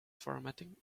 formatting